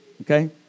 Okay